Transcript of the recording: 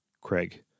Craig